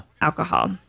alcohol